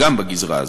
גם בגזרה הזו.